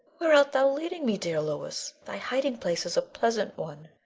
where art thou leading me, dear louis? thy hiding-place is a pleasant one,